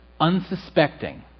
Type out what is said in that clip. unsuspecting